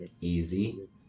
Easy